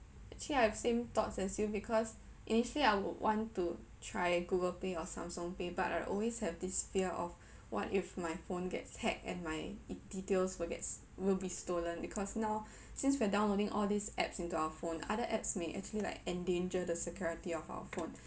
actually I have same thoughts as you because initially I would want to try google pay or samsung pay but I'd always have this fear of what if my phone gets hacked and my e~ details will get s~ will be stolen because now since we are downloading all these apps into our phone other apps may actually like endanger the security of our phone